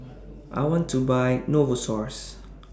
I want to Buy Novosource